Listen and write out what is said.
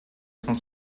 cent